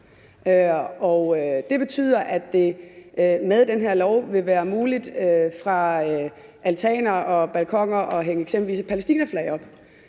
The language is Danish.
det betyder, at det med den her lov vil være muligt fra altaner og balkoner at hænge eksempelvis et palæstinaflag op.